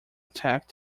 attack